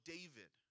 David